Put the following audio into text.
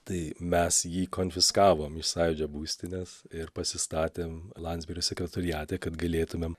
tai mes jį konfiskavom iš sąjūdžio būstinės ir pasistatėm landsbergio sekretoriate kad galėtumėm